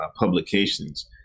publications